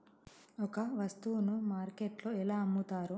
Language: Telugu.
ఒక వస్తువును మార్కెట్లో ఎలా అమ్ముతరు?